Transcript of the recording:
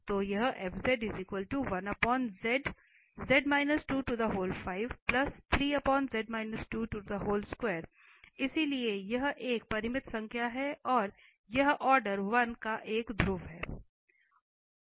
तो यहां इसलिए यह एक परिमित संख्या है और इसलिए यह ऑर्डर 1 का एक ध्रुव है